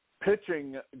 pitching